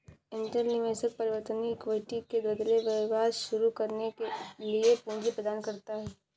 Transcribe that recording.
angel निवेशक परिवर्तनीय equity के बदले व्यवसाय शुरू करने के लिए पूंजी प्रदान करता है